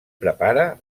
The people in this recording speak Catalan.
prepara